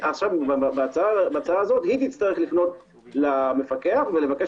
בהצעה הזאת היא תצטרך לפנות למפקח ולבקש